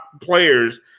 players